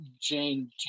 jane